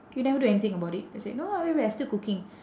you never do anything about it then he said no wait wait I still cooking